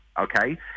okay